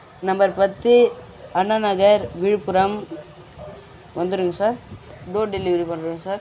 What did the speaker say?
number பத்து அண்ணா நகர் விழுப்புரம் வந்துருங்க sir door delivery பண்ணுறேன் சார்